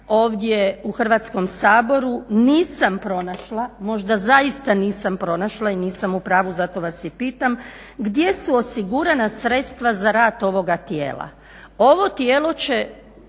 ovdje u Hrvatskom saboru nisam pronašla, možda zaista nisam pronašla i nisam u pravu i zato vas i pitam gdje su osigurana sredstva za rad ovoga tijela. Ovo tijelo će